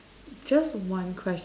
just one question